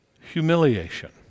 humiliation